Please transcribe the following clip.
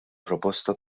proposta